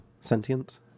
sentient